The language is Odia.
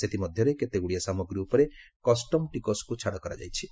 ସେଥିମଧ୍ୟରେ କେତେଗୁଡ଼ିଏ ସାମଗ୍ରୀ ଉପରେ କଷ୍ଟମ ଟିକସକୁ ଛାଡ କରାଯାଇଚି